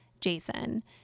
jason